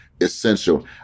essential